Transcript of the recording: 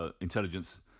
intelligence